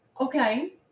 Okay